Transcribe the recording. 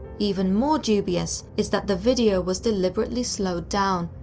even more dubious is that the video was deliberately slowed down,